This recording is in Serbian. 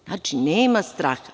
Znači nema straha.